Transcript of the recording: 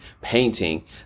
painting